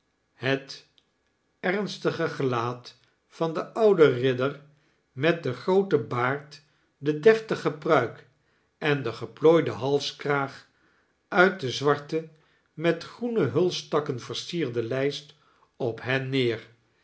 het ernstige gelaat van den ouden ridder met den grooten board die deftige pruik ea den geplooidea halskraag uit de zwarte met grroeae hulsttakken versierde lijst op hen neer